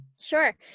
Sure